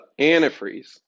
antifreeze